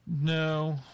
No